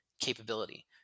capability